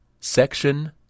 Section